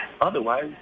Otherwise